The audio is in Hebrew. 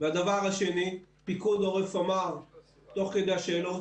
הדבר השני, פיקוד עורף אמר תוך כדי השאלות: